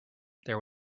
there